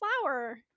flower